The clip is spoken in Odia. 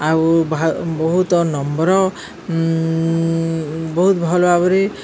ଆଉ ବହୁତ ନମ୍ର ବହୁତ ଭଲ ଭାବରେ